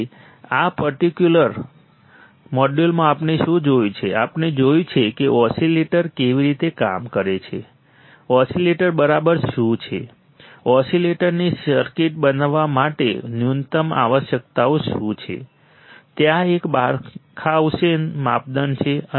તેથી આ પર્ટિક્યુલર મોડ્યુલમાં આપણે શું જોયું છે આપણે જોયું છે કે ઓસિલેટર કેવી રીતે કામ કરે છે ઓસિલેટર બરાબર શું છે ઓસિલેટરની સર્કિટ બનવા માટે ન્યૂનતમ આવશ્યકતાઓ શું છે ત્યાં એક બરખાઉસેન માપદંડ છે